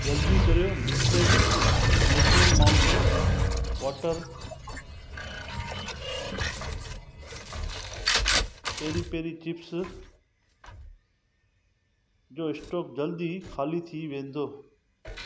जल्दी करियो Bisleri natural mountain water peri peri chips जो स्टोक जल्द ई खाली थी वेंदो